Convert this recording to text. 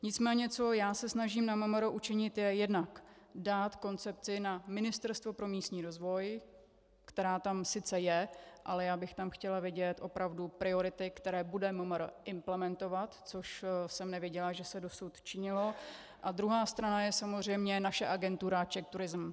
Nicméně co já se snažím na MMR učinit, je jednak dát koncepci na Ministerstvo pro místní rozvoj, která tam sice je, ale já bych tam chtěla vidět opravdu priority, které bude MMR implementovat, což jsem neviděla, že se dosud činilo, a druhá strana je samozřejmě naše agentura CzechTourism.